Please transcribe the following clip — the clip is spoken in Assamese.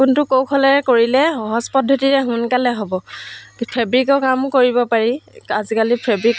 কোনটো কৌশলেৰে কৰিলে সহজ পদ্ধতিৰে সোনকালে হ'ব কিন্তু ফেব্ৰিকৰ কামো কৰিব পাৰি আজিকালি ফেব্ৰিক